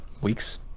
weeks